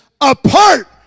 apart